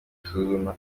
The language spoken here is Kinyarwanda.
isuzuma